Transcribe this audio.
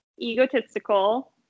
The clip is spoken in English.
egotistical